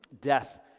death